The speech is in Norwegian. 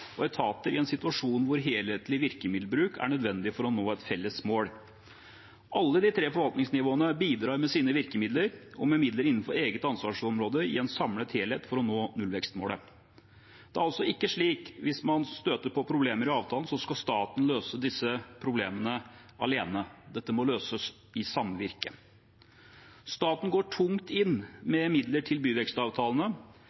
og etater i en situasjon hvor helhetlig virkemiddelbruk er nødvendig for å nå et felles mål. Alle de tre forvaltningsnivåene bidrar med sine virkemidler og med midler innenfor eget ansvarsområde i en samlet helhet for å nå nullvekstmålet. Det er altså ikke slik at hvis man støter på problemer i avtalen, skal staten løse disse problemene alene. Dette må løses i samvirke. Staten går tungt inn